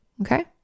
okay